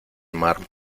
mar